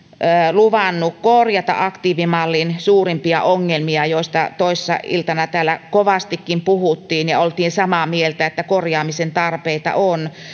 luvannut korjata aktiivimallin suurimpia ongelmia joista toissa iltana täällä kovastikin puhuttiin ja oltiin samaa mieltä että korjaamisen tarpeita on